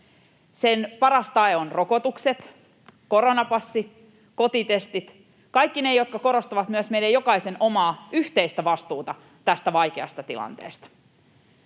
Sen paras tae on rokotukset, koronapassi, kotitestit, kaikki ne, jotka korostavat myös meidän jokaisen omaa yhteistä vastuuta tästä vaikeasta tilanteesta.